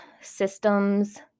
systems